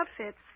outfits